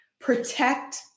Protect